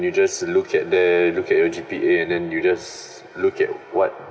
you just look at there look at your G_P_A and then you just look at what